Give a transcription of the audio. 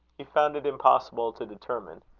he found it impossible to determine.